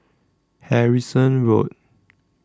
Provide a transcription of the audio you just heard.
Harrison Road